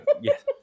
Yes